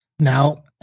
Now